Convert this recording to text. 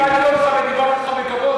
בכבוד,